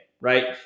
right